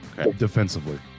defensively